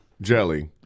jelly